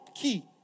key